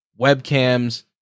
webcams